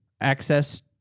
access